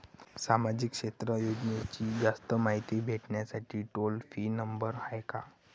सामाजिक क्षेत्र योजनेची जास्त मायती भेटासाठी टोल फ्री नंबर हाय का?